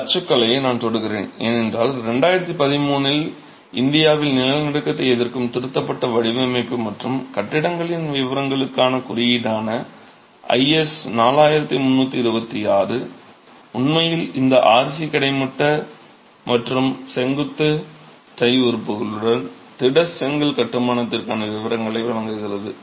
இந்த அச்சுக்கலையை நான் தொடுகிறேன் ஏனென்றால் 2013 இல் இந்தியாவில் நிலநடுக்கத்தை எதிர்க்கும் திருத்தப்பட்ட வடிவமைப்பு மற்றும் கட்டிடங்களின் விவரங்களுக்கான குறியீடான IS 4326 உண்மையில் இந்த RC கிடைமட்ட மற்றும் செங்குத்து டை உறுப்புகளுடன் திட செங்கல் கட்டுமானத்திற்கான விவரங்களை வழங்குகிறது